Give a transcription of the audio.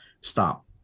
stop